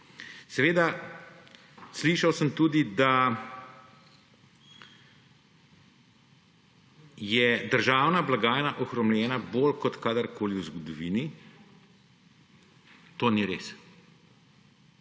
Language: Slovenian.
Slišal sem tudi, da je državna blagajna ohromljena bolj kot kadarkoli v zgodovini. To ni res.